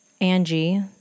Angie